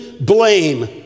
Blame